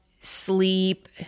sleep